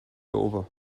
over